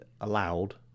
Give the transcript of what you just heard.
allowed